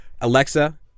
Alexa